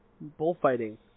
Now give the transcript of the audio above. bullfighting